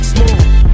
Smooth